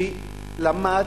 שלמד,